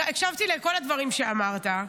הקשבתי לכל הדברים שאמרת,